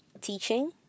teaching